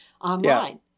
online